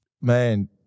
man